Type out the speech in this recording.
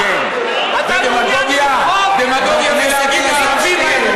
אתה מעוניין למחוק את תורת ישראל,